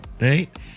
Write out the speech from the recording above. Right